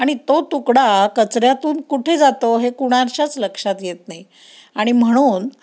आणि तो तुकडा कचऱ्यातून कुठे जातो हे कुणाच्याच लक्षात येत नाही आणि म्हणून